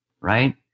right